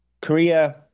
Korea